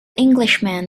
englishman